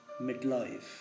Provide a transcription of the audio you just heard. midlife